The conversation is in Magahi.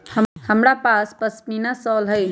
हमरा पास पशमीना शॉल हई